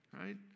Right